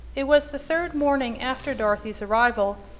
it was the third morning after dorothy's arrival,